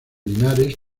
linares